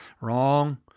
Wrong